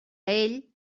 ell